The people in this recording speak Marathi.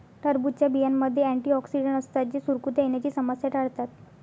टरबूजच्या बियांमध्ये अँटिऑक्सिडेंट असतात जे सुरकुत्या येण्याची समस्या टाळतात